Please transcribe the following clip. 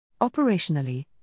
Operationally